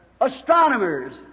astronomers